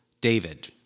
David